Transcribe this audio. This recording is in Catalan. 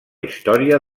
història